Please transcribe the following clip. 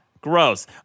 Gross